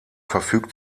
verfügt